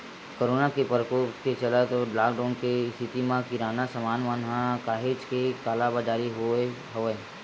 corona के परकोप के चलत लॉकडाउन के इस्थिति म किराना समान मन म काहेच के कालाबजारी होय हवय